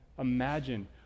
Imagine